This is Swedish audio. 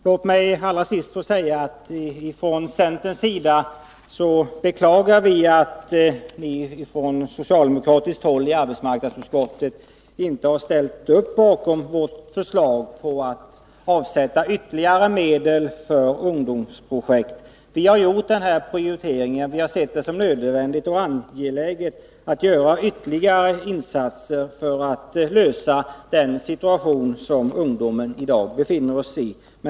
Låt mig allra sist säga att vi från centerns sida beklagar att ni från socialdemokratiskt håll i arbetsmarknadsutskottet inte har ställt upp bakom vårt förslag att avsätta ytterligare medel för ungdomsprojekt. Vi har gjort denna prioritering därför att vi anser att det är nödvändigt och angeläget att göra ytterligare insatser för att komma till rätta med den situation som ungdomen i dag befinner sig i.